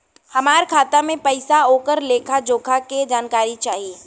हमार खाता में पैसा ओकर लेखा जोखा के जानकारी चाही?